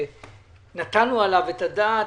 שנתנו עליו את הדעת,